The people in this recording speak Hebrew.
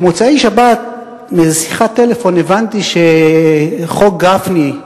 מאיזו שיחת טלפון במוצאי-שבת הבנתי שחוק גפני,